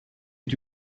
est